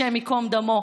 השם ייקום דמו,